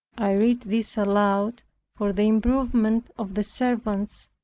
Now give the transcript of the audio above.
i read these aloud for the improvement of the servants,